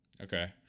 okay